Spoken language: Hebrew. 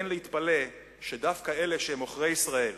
אין להתפלא שדווקא אלה שהם עוכרי ישראל,